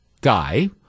guy